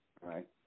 right